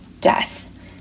death